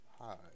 Hi